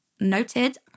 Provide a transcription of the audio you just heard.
Noted